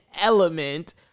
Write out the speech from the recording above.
element